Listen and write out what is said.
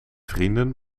vrienden